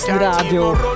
Radio